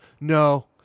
No